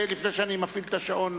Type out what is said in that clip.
לפני שאני מפעיל את השעון,